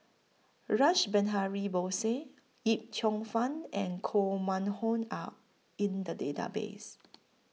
Rash Behari Bose Yip Cheong Fun and Koh Mun Hong Are in The Database